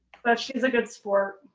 but she's a good sport.